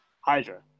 Hydra